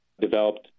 developed